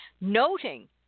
noting